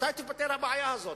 מתי תיפתר הבעיה הזאת?